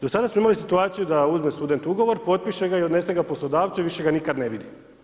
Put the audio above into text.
Do sada smo imali situaciju da uzme student ugovor, potpiše ga i odnese ga poslodavcu i više ga nikada ne vidi.